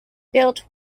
built